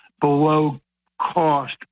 below-cost